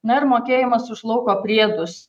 na ir mokėjimas už lauko priedus